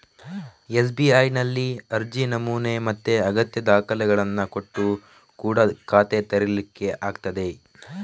ಎಸ್.ಬಿ.ಐನಲ್ಲಿ ಅರ್ಜಿ ನಮೂನೆ ಮತ್ತೆ ಅಗತ್ಯ ದಾಖಲೆಗಳನ್ನ ಕೊಟ್ಟು ಕೂಡಾ ಖಾತೆ ತೆರೀಲಿಕ್ಕೆ ಆಗ್ತದೆ